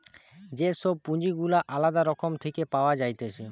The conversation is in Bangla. যে সব পুঁজি গুলা আলদা রকম থেকে পাওয়া যাইতেছে